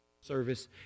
service